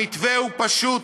המתווה הוא פשוט: